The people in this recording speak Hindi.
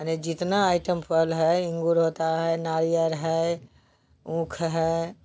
माने जितना आइटम फल है अँगूर होता है नारिअल है ऊख है